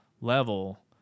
level –